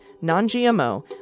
non-GMO